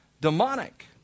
demonic